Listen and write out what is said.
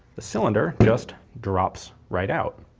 the cylinder just drops right out.